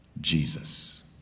Jesus